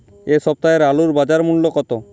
এ সপ্তাহের আলুর বাজার মূল্য কত?